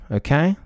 okay